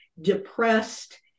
depressed